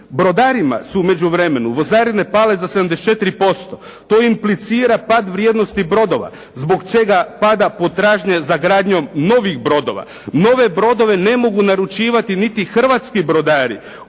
Brodarima su u međuvremenu vozarine pale za 74%. To implicira pad vrijednosti brodova, zbog čega pada potražnje za gradnjom novih brodova. Nove brodove ne mogu naručivati niti hrvatski brodari.